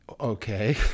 okay